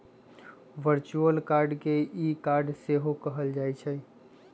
virtual card के e card सेहो कहल जाइ छइ